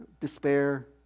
despair